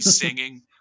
singing